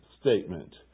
statement